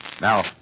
Now